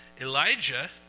Elijah